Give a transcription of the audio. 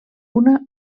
una